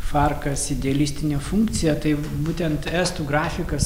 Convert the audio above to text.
farkas idealistinių funkcija tai būtent estų grafikas